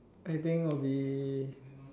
I think I'll be